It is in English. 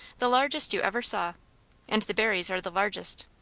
the largest you ever saw and the berries are the largest.